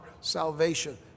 salvation